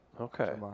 Okay